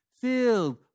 filled